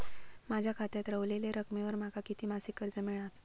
माझ्या खात्यात रव्हलेल्या रकमेवर माका किती मासिक कर्ज मिळात?